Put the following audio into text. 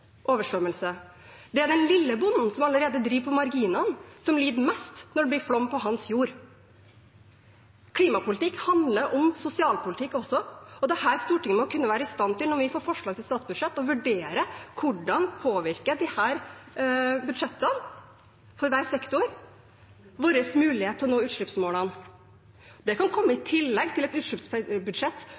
Det er den lille bonden som allerede driver på marginene, som lider mest når det blir flom på hans jord. Klimapolitikk handler også om sosialpolitikk, og det er her Stortinget må kunne være i stand til, når vi får forslag til statsbudsjett, å vurdere hvordan disse budsjettene påvirker – for hver sektor – vår mulighet til å nå utslippsmålene. Det kan komme i tillegg til et overordnet utslippsbudsjett